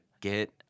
get